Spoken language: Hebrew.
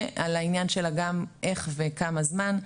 ועל העניין של הגם איך וכמה זמן,